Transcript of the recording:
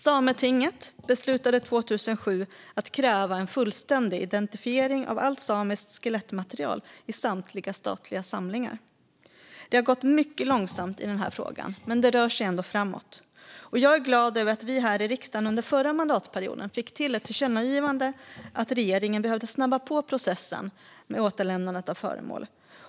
Sametinget beslutade 2007 att kräva en fullständig identifiering av allt samiskt skelettmaterial i samtliga statliga samlingar. Det har gått mycket långsamt i denna fråga, men det rör sig ändå framåt. Jag är glad över att vi här i riksdagen under förra mandatperioden fick till ett tillkännagivande om att regeringen behövde snabba på processen med återlämnandet av föremål.